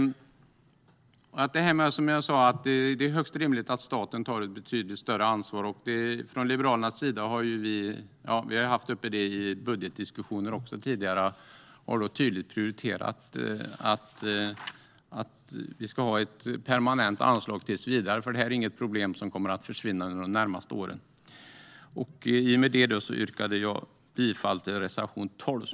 Som jag sa är det högst rimligt att staten tar ett betydligt större ansvar. Vi liberaler har i budgetdiskussioner tydligt sagt att vi prioriterar ett permanent anslag, för det här är inget problem som kommer att försvinna under de närmaste åren. Jag yrkar återigen bifall till reservation 12.